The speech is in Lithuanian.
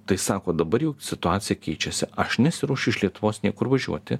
tai sako dabar jau situacija keičiasi aš nesiruošiu iš lietuvos niekur važiuoti